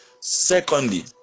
Secondly